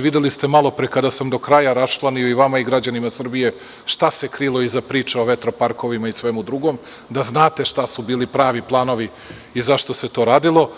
Videli ste malopre kada sam do kraja raščlanio, i vama i građanima Srbije, šta se krilo iza priče o vetroparkovima i svemu drugom, da znate šta su bili pravi planovi i zašto se to radilo,